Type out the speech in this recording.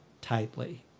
tightly